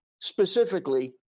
specifically